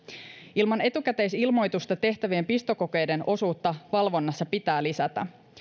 ilman etukäteisilmoitusta tehtävien pistokokeiden osuutta valvonnassa pitää lisätä